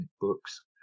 books